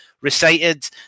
recited